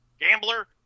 gambler